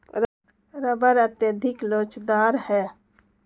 rubber अत्यधिक लोचदार है